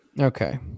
okay